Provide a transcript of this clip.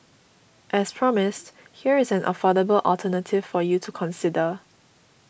as promised here is an affordable alternative for you to consider